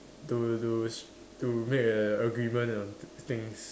to to sh~ to make an agreement on t~ things